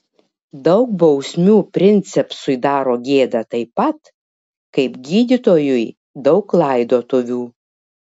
daug bausmių princepsui daro gėdą taip pat kaip gydytojui daug laidotuvių